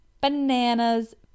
bananas